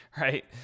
right